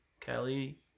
Kelly